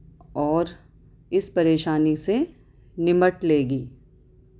اور اس پریشانی سے نمٹ لے گی